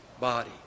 body